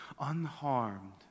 unharmed